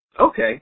Okay